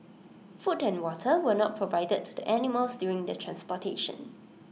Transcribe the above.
food and water were not provided to the animals during the transportation